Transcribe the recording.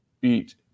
beat